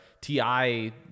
TI